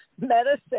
medicine